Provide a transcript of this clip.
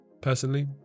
Personally